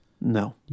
No